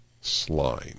slime